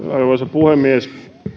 puhemies